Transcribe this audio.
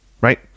right